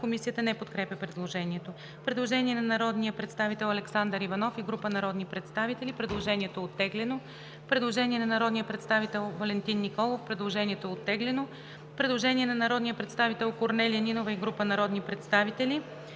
Комисията не подкрепя предложението.